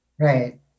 Right